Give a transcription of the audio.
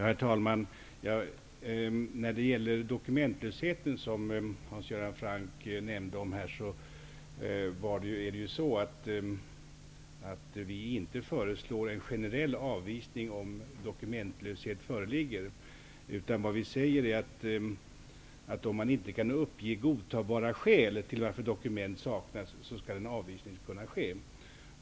Herr talman! När det gäller dokumentlösheten, som Hans Göran Franck nämnde här, föreslår vi inte en generell avvisning. Vi säger att om den sö kande inte kan uppge godtagbara skäl till att do kument saknas skall en avvisning kunna ske.